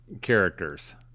characters